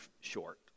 short